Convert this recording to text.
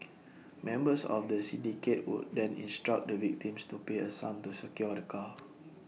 members of the syndicate would then instruct the victims to pay A sum to secure the car